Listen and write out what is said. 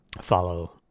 follow